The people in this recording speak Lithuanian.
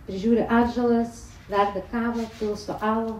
prižiūri atžalas verda kavą pilsto alų